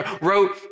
wrote